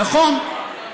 נכון.